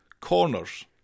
Corners